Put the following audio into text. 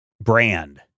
Brand